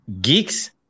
Geeks